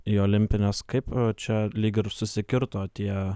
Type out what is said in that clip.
į olimpines kaip čia lyg ir susikirto tie